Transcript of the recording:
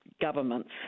governments